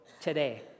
today